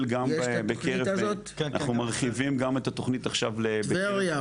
אנחנו מרחיבים גם את התוכנית --- טבריה,